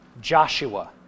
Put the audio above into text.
Joshua